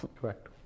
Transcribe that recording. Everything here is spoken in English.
correct